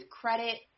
credit